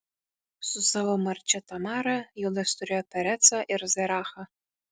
su savo marčia tamara judas turėjo perecą ir zerachą